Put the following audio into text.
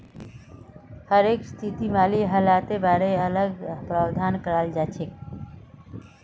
हरेक स्थितित माली हालतेर बारे अलग प्रावधान कराल जाछेक